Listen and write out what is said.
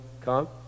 come